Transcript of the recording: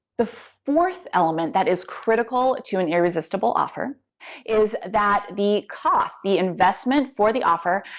the fourth element that is critical to an irresistible offer is that the cost, the investment for the offer,